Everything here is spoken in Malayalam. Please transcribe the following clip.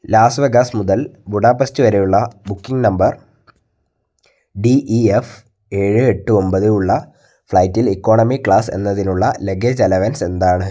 ലാസ് വെഗാസ് മുതൽ ബുഡാപെസ്റ്റ് വരെയുള്ള booking number D E F ഏഴ് എട്ട് ഒമ്പത് ഉള്ള ഫ്ലൈറ്റിൽ ഇക്കോണമി ക്ലാസ് എന്നതിനുള്ള ലഗേജ് ലവൻസ് എന്താണ്